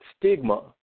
stigma